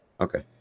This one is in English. Okay